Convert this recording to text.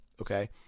Okay